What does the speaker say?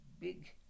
big